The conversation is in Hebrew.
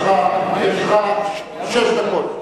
יש לך שש דקות.